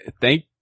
thank